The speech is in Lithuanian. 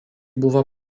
buvo